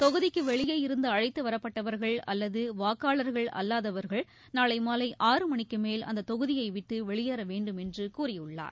தொகுதிக்கு வெளியே இருந்து அழைத்து வரப்பட்டவர்கள் அல்லது வாக்காளர்கள் அல்லாதவர்கள் நாளை மாலை ஆறு மணிக்கு மேல் அந்தத் தொகுதியை விட்டு வெளியேற வேண்டும் என்று கூறியுள்ளார்